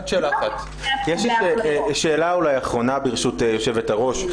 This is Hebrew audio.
יש לי שאלה אולי אחרונה ברשות יושבת הראש,